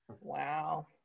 wow